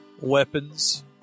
weapons